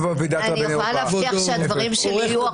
אני יכולה להבטיח שהדברים שלי יהיו הרבה